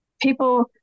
people